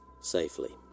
safely